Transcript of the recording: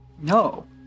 no